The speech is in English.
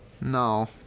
No